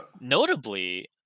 Notably